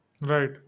Right